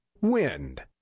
WIND